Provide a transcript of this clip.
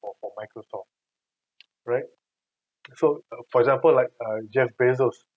for for Microsoft right so for example like uh jeff bezos